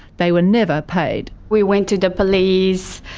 they were never paid. we went to the police.